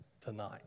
tonight